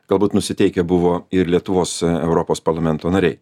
galbūt nusiteikę buvo ir lietuvos europos parlamento nariai